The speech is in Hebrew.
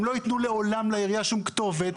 הם לא ייתנו לעולם לעירייה שום כתובת,